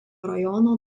rajono